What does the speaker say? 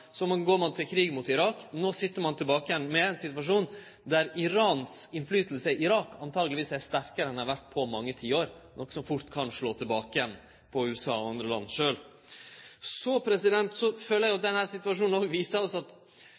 Så går ein til krig mot Irak, og no sit ein tilbake med ein situasjon der Irans innverknad i Irak truleg er sterkare enn han har vore på mange tiår, noko som fort kan slå tilbake igjen på USA og andre land. Så føler eg at denne situasjonen òg viser oss at